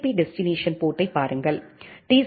B destination போர்ட்யை பாருங்கள் tea